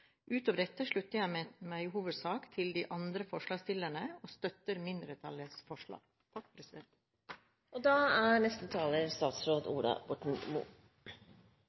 Utover dette slutter jeg meg i hovedsak til de andre forslagsstillerne, og støtter mindretallets forslag. Først og fremst gleder det meg at det er